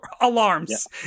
alarms